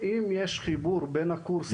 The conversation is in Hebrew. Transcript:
הוא מבין שהנושא הזה ברמת דחיפות גבוהה.